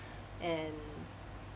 and